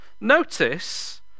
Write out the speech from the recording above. Notice